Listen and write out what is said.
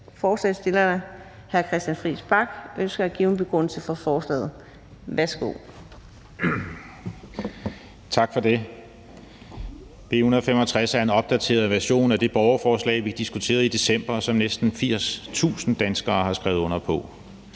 forslagsstillerne) Christian Friis Bach (RV): Tak for det. B 165 er en opdateret version af det borgerforslag, vi diskuterede i december, som næsten 80.000 danskere har skrevet under på.